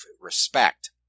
respect